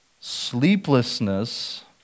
Sleeplessness